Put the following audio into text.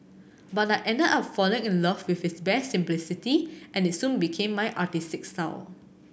but I ended up falling in love with its bare simplicity and it soon became my artistic style